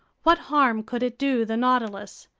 what harm could it do the nautilus?